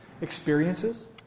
experiences